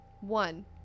One